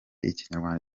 ikinyarwanda